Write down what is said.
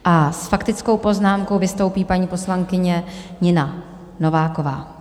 A s faktickou poznámkou vystoupí paní poslankyně Nina Nováková.